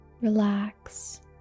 relax